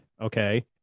Okay